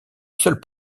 seul